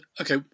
Okay